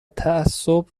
تعصب